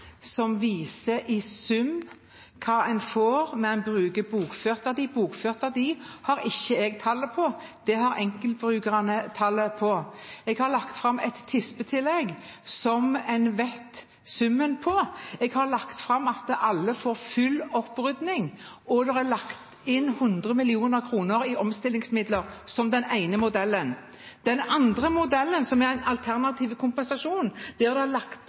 som i sum viser hva en får ved å bruke bokført verdi. Bokført verdi har ikke jeg tallet på, det har enkeltbrukerne tallet på. Jeg har lagt fram et tispetillegg som en vet summen av, jeg har lagt fram at alle får full dekning ved opprydding, og det er lagt inn 100 mill. kr i omstillingsmidler – som den ene modellen. Ved den andre modellen, som er alternativ kompensasjon, er det lagt